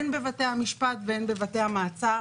הן בבתי המשפט והן בבתי המעצר,